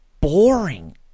boring